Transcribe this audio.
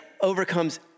overcomes